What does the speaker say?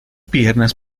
piernas